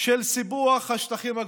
של סיפוח השטחים הכבושים.